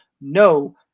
no